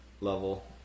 level